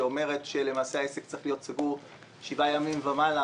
שאומרת שלמעשה העסק צריך להיות סגור שבעה ימים ויותר,